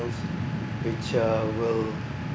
meals which uh will